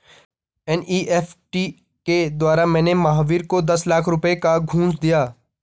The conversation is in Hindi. एन.ई.एफ़.टी के द्वारा मैंने महावीर को दस लाख रुपए का घूंस दिया